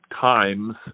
times